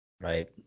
Right